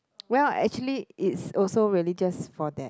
well actually it's also really just for that